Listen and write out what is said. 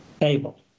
table